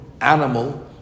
animal